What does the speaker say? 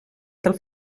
del